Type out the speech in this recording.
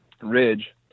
ridge